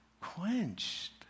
quenched